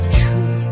true